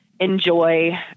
enjoy